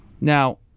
Now